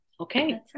Okay